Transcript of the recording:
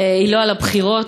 היא לא על הבחירות,